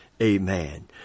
Amen